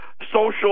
social